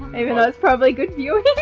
even though it's probably good viewing.